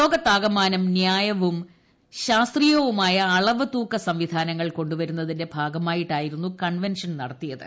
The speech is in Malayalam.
ലോകത്താകമാനം ന്യായവും ശാസ്ത്രീയവുമായി അ്ളവുതൂക്ക സംവിധാനങ്ങൾ കൊണ്ടുവരുന്നതിന്റെ ഭാഗമായിട്ടായിരുന്നു കൺവെൻഷൻ നടന്നത്